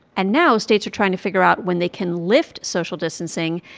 and now states are trying to figure out when they can lift social distancing,